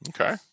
Okay